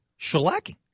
shellacking